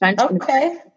Okay